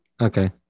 Okay